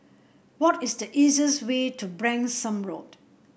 what is the easiest way to Branksome Road